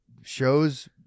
Shows